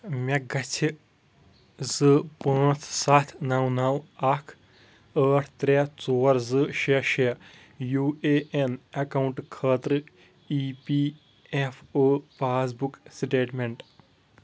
مےٚ گژھہِ زٕ پانٛژ سَتھ نو نو اکھ ٲٹھ ترےٚ ژور زٕ شیےٚ شیےٚ یوٗ اے ایٚن اکاؤنٹہٕ خٲطرٕ E P F O passbook statement